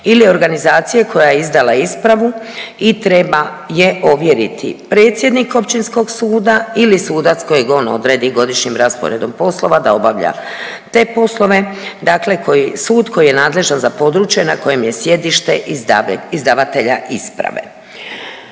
ili organizacije koja je izdala ispravu i treba je ovjeriti predsjednik općinskog suda ili sudac kojeg on odredi godišnjim rasporedom poslova da obavlja te poslove, dakle sud koji je nadležan za područje na kojem je sjedište izdavatelja isprave.